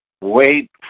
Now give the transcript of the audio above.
wait